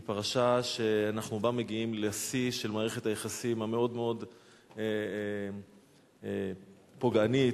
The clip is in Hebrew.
היא פרשה שבה אנחנו מגיעים לשיא של מערכת היחסים המאוד-מאוד פוגענית,